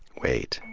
wait.